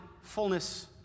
fullness